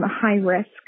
high-risk